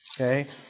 Okay